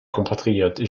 compatriote